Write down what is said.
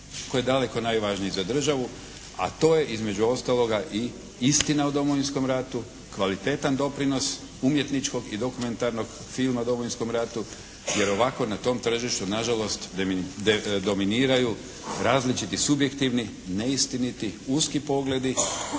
koji je daleko najvažniji za državu, a to je između ostaloga i istina o Domovinskom ratu, kvalitetan doprinos umjetničkog i dokumentarnog filma o Domovinskom ratu, jer ovako na tom tržištu nažalost dominiraju različiti subjektivni, neistiniti, uski pogledi